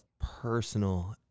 personal